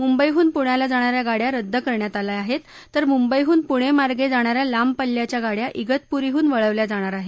मुंबईहून पुण्याला जाणाऱ्या गाड्या रद्द करण्यात आल्या आहेत तर मुंबईहून पुणे मार्गे जाणाऱ्या लांब पल्ल्याच्या गाड्या इगतपुरीहून वळवल्या जाणार आहेत